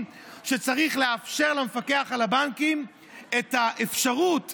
שצריך לאפשר למפקח על הבנקים את האפשרות